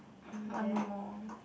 one more